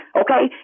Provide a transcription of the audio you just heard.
okay